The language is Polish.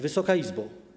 Wysoka Izbo!